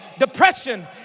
depression